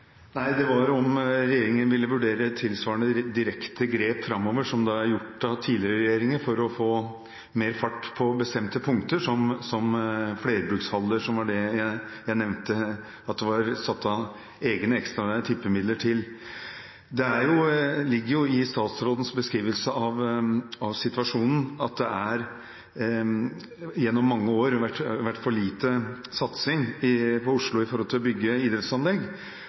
Nei, det var om regjeringen ville vurdere tilsvarende direkte grep framover som det er gjort av tidligere regjeringer for å få mer fart på bestemte punkter, som flerbrukshaller, som var det jeg nevnte at det var satt av egne ekstra tippemidler til. Det ligger jo i statsrådens beskrivelse av situasjonen at det gjennom mange år har vært for lite satsing på Oslo når det gjelder å bygge idrettsanlegg.